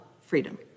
freedom